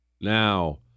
Now